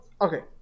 Okay